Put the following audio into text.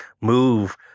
move